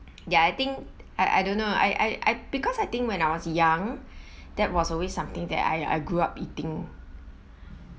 ya I think I I don't know I I I because I think when I was young that was always something that I I grew up eating